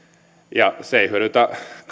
se ei hyödytä